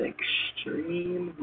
Extreme